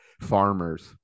farmers